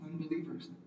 unbelievers